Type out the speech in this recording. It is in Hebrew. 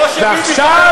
כמו שביבי,